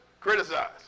Criticize